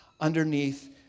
underneath